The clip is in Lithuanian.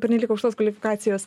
pernelyg aukštos kvalifikacijos